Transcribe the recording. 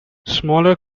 smaller